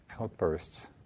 outbursts